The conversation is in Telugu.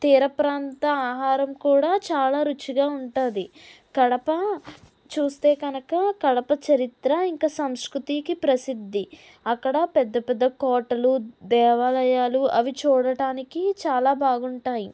తీర ప్రాంత ఆహారం కూడా చాలా రుచిగా ఉంటుంది కడప చూస్తే కనక కడప చరిత్ర ఇంక సంస్కృతికి ప్రసిద్ధి అక్కడ పెద్ద పెద్ద కోటలు దేవాలయాలు అవి చూడటానికి చాలా బాగుంటాయి